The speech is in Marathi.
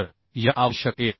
तर या आवश्यक एफ